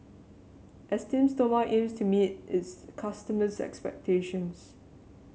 Esteem Stoma aims to meet its customers' expectations